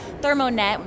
ThermoNet